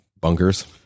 Bunkers